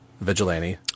vigilante